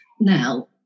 Now